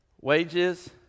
Wages